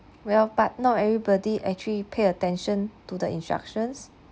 well but not everybody actually pay attention to the instructions